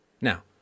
Now